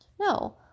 No